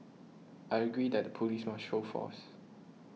I agree that the police must show force